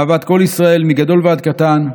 אהבת כל ישראל מגדול ועד קטן.